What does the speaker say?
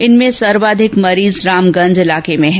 इनमें सर्वाधिक मरीज रामगंज इलाके में हैं